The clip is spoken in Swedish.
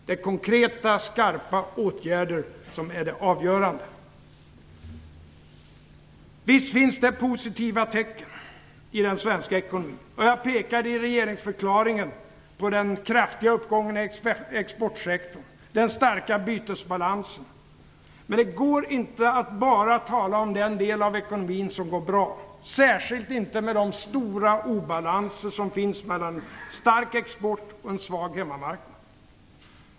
Det är konkreta, skarpa åtgärder som är det avgörande. Visst finns det positiva tecken i den svenska ekonomin. Jag pekade i regeringsförklaringen på den kraftiga uppgången inom exportsektorn och den starka bytesbalansen. Men det går inte att bara tala om den del av ekonomin som går bra - särskilt inte med tanke på de stora obalanser som finns mellan en stark export och en svag hemmamarknad.